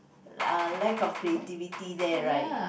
uh lack of creativity there right